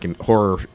horror